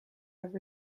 have